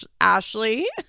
Ashley